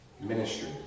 Ministry